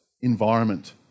environment